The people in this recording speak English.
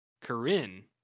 Corinne